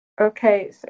okay